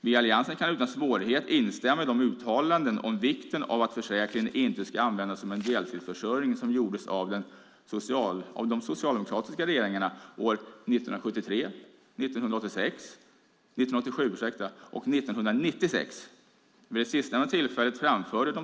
Vi i Alliansen kan utan svårighet instämma i de uttalanden om vikten av att försäkringen inte ska användas som en deltidsförsörjning som gjordes av de socialdemokratiska regeringarna år 1973, 1987 och 1996.